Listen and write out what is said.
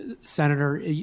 Senator